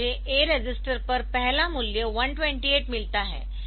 तो मुझे A register पर पहला मूल्य 128 मिलता है